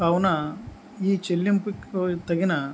కావున ఈ చెల్లింపుకు తగిన